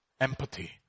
empathy